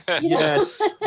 Yes